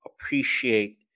appreciate